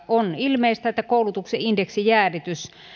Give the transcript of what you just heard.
on ilmeistä että koulutuksen indeksijäädytys